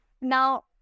Now